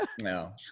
No